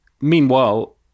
Meanwhile